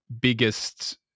biggest